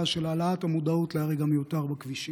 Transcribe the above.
של העלאת המודעות להרג המיותר בכבישים.